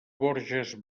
borges